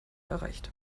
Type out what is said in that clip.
erreicht